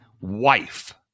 wife